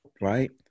right